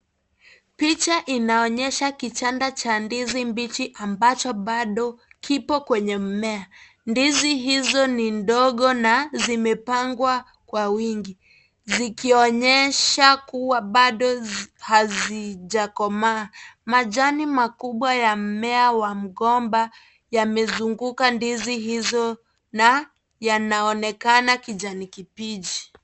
Picha inaonyesha kichanda cha ndizi mbichi ambacho bado kipo kwenye mmea. Ndizi hizo ni ndogo na zimepangwa kwa wingi zikionyesha kuwa bado hazijakomaa majani makubwa ya mmea wa mgomba yamezunguka ndizi hizo na yanaonekana ya kijani kibichi.